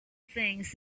things